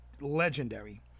legendary